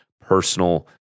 personal